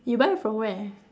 you buy from where